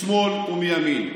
משמאל ומימין.